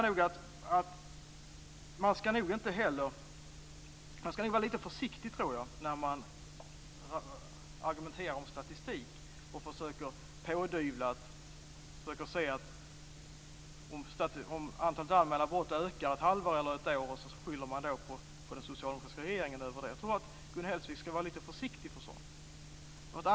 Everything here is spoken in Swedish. Sedan ska man nog vara lite försiktig när man argumenterar om statistik. Om antalet anmälda brott ökar under ett halvår eller ett år skyller man på den socialdemokratiska regeringen. Jag tror att Gun Hellsvik ska vara lite försiktig med sådant.